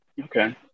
okay